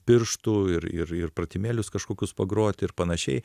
pirštu ir ir ir pratimėlius kažkokius pagrot ir panašiai